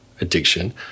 addiction